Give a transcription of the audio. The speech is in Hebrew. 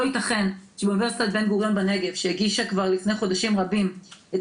לא יתכן שבאוניברסיטת בן-גוריון בנגב שהגישה כבר לפני חודשים רבים את